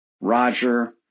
Roger